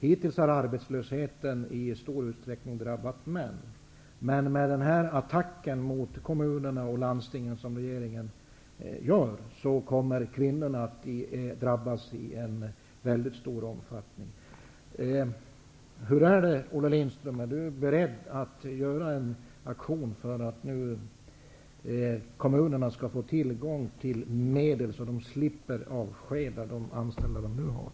Hittills har arbetslösheten i stor utsträckning drabbat männen. Men med denna attack mot kommuner och landsting som regeringen gör kommer även kvinnorna att drabbas i stor omfattning. Är Olle Lindström beredd att agera för att kommunerna skall få tillgång till medel så att de slipper avskeda personal?